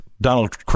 Donald